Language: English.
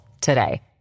today